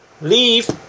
leave